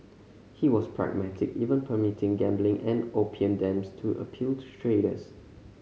he was pragmatic even permitting gambling and opium dens to appeal to traders